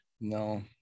No